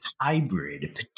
Hybrid